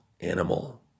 animal